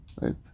Right